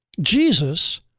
Jesus